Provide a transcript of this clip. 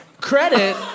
credit